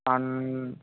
అన్